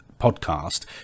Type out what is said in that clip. podcast